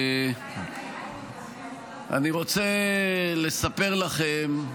אני רוצה לספר לכם,